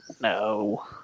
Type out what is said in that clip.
no